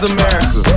America